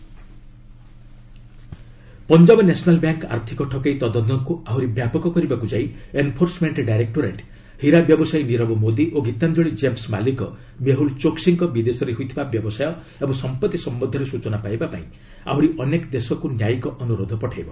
PNB scam ED Punjab national bank ଆର୍ଥକ ଠକେଇ ତଦନ୍ତକୁ ଆହୁରି ବ୍ୟାପକ କରିବାକୁ ଯାଇ ଏନ୍ଫୋର୍ସମେଣ୍ଟ ଡାଇରେକ୍ଟୋରେଟ୍ ହୀରା ବ୍ୟବସାୟୀ ନିରବ ମୋଦି ଓ ଗୀତାଞ୍ଜଳି ଜେମ୍ସ୍ ମାଲିକ ମେହୁଲ୍ ଚୋକ୍ସିଙ୍କର ବିଦେଶରେ ହୋଇଥିବା ବ୍ୟବସାୟ ଓ ସମ୍ପର୍ତ୍ତି ସମ୍ବନ୍ଧରେ ସୂଚନା ପାଇବାପାଇଁ ଆହୁରି ଅନେକ ଦେଶଙ୍କୁ ନ୍ୟାୟିକ ଅନୁରୋଧ ପଠାଇବ